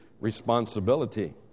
responsibility